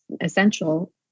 essential